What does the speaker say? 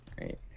Right